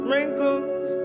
Wrinkles